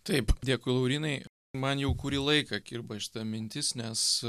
taip dėkui laurynai man jau kurį laiką kirba šita mintis nes